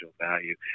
value